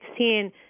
2016